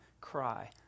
cry